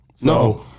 no